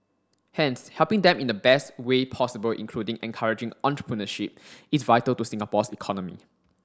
hence helping them in the best way possible including encouraging entrepreneurship is vital to Singapore's economy